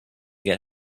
get